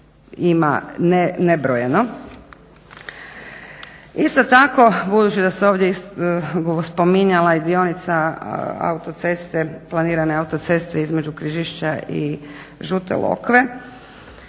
ima nebrojeno. Isto tako budući da se ovdje spominjala i dionica planirane autoceste između Križišća i Žute Lokve.